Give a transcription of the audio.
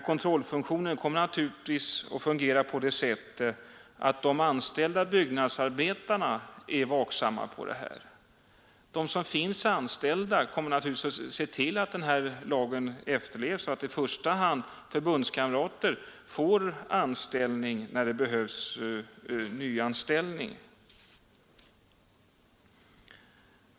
Kontrollfunktionen kommer naturligtvis att fungera på så sätt att de anställda byggnadsarbetarna är vaksamma på att lagen efterlevs och att i första hand förbundskamrater får anställning när man behöver nyanställa folk.